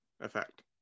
effect